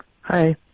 Hi